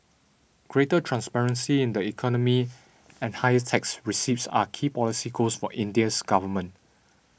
greater transparency in the economy and higher tax receipts are key policy goals for India's government